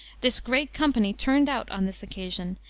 this great company turned out on this occasion,